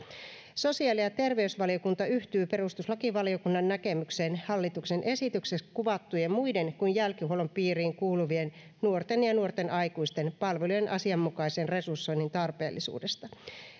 sosiaali ja terveysvaliokunta yhtyy perustuslakivaliokunnan näkemykseen hallituksen esityksessä kuvattujen muiden kuin jälkihuollon piiriin kuuluvien nuorten ja nuorten aikuisten palvelujen asianmukaisen resursoinnin tarpeellisuudesta